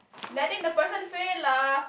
letting the person fail lah